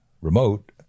remote